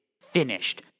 finished